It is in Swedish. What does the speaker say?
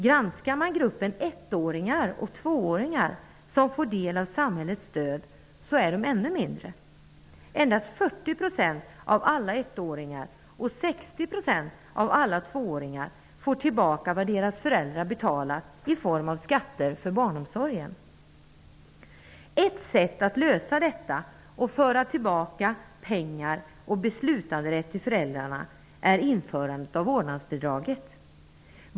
Granskar man gruppen ettåringar och tvååringar som får del av samhällets stöd ser man att de är ännu färre. Endast 40 % av alla ettåringar och 60 % av alla tvååringar får tillbaka vad deras föräldrar betalat i form av skatter för barnomsorgen. Ett sätt att lösa detta och föra tillbaka pengar och beslutanderätt till föräldrarna är införandet av vårdnadsbidraget.